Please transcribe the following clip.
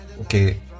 okay